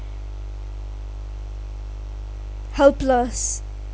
helpless